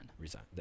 Resign